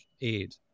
aid